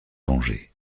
venger